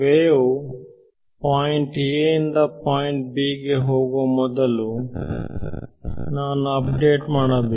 V point a ನಿಂದ b ಗೆ ಹೋಗುವ ಮೊದಲು ನಾನು ನನ್ನ ಅಪ್ಡೇಟ್ ಮಾಡಬೇಕು